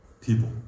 people